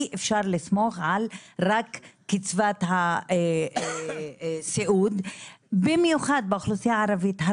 אי אפשר לסמוך רק על קצבת הסיעוד במיוחד באוכלוסיה הערבית,